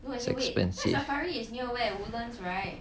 it's expensive